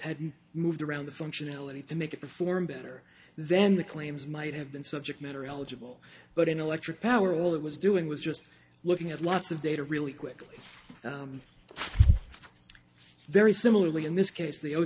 been moved around the functionality to make it perform better then the claims might have been subject matter eligible but in electric power all it was doing was just looking at lots of data really quickly very similarly in this case the